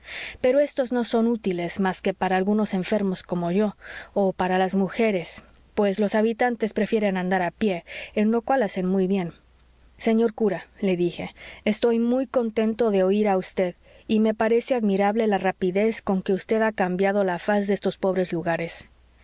pero éstos no son útiles más que para algunos enfermos como yo o para las mujeres pues los habitantes prefieren andar a pie en lo cual hacen muy bien señor cura le dije estoy muy contento de oir a vd y me parece admirable la rapidez con que vd ha cambiado la faz de estos pobres lugares